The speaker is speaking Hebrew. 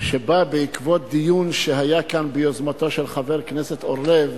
שבא בעקבות דיון שהיה כאן ביוזמתו של חבר הכנסת אורלב